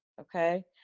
okay